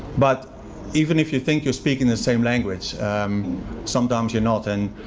but even if you think you're speaking the same language sometimes you're not, and